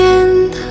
end